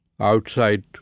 Outside